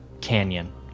canyon